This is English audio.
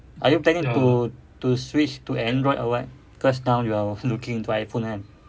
are you planning to to switch to android or what cause now you are looking into iphone kan